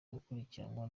gukurikiranwa